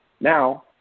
now